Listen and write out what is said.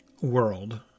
world